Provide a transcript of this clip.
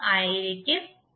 ആയിരിക്കും മൂല്യം